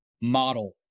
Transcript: model